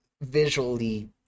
visually